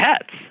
pets